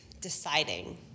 deciding